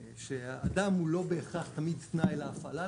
שהאדם הוא לא בהכרח תמיד תנאי להפעלה,